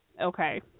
Okay